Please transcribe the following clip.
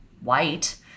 white